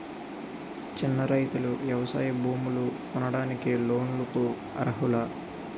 చిన్న రైతులు వ్యవసాయ భూములు కొనడానికి లోన్ లకు అర్హులా?